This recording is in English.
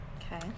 Okay